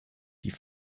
die